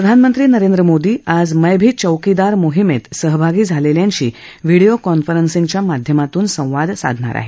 प्रधानमंत्री नरेंद्र मोदी आज मै भी चौकीदार मोहीमेत सहभागी झालेल्यांशी व्हिडीओ कॉन्फरन्सिंगच्या माध्यमातून संवाद साधणार आहेत